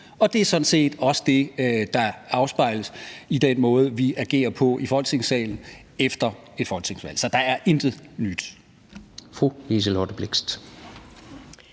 Og det er sådan set også det, der afspejles i den måde, vi agerer på i Folketingssalen efter et folketingsvalg. Så der er intet nyt.